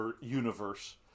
universe